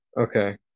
Okay